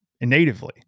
natively